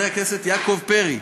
חבר הכנסת יעקב פרי,